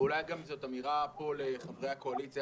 ואולי זו גם אמירה פה לחברי הקואליציה,